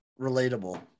relatable